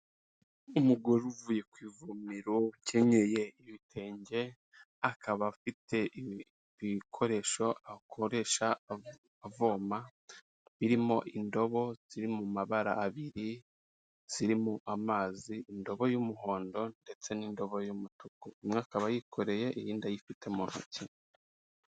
Umugore uvuye ku ivumiro ukenyeye ibitenge, akaba afite ibikoresho akoresha avoma birimo indobo ziri mu mabara abiri zirimo amazi, indobo y'umuhondo ndetse n'indobo y'umutuku, imwe akaba ayikoreye iyindi ayifite mu ntoki.